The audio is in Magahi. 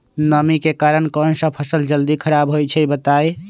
नमी के कारन कौन स फसल जल्दी खराब होई छई बताई?